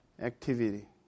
activity